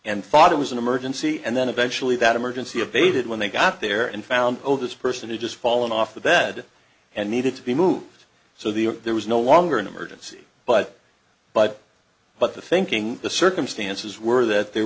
and thought it was an emergency and then eventually that emergency abated when they got there and found this person had just fallen off the bed and needed to be moved so the there was no longer an emergency but but but the thinking the circumstances were that there